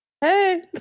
Hey